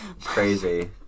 Crazy